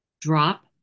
drop